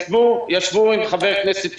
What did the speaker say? ישבו עם חבר הכנסת טיבי,